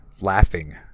laughing